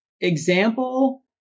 example